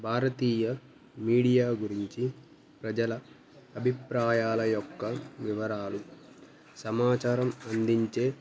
భారతీయ media గురించి ప్రజల అభిప్రాయాల యొక్క వివరాలు సమాచారం అందించే